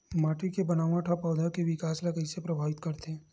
माटी के बनावट हा पौधा के विकास ला कइसे प्रभावित करथे?